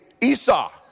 Esau